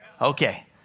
Okay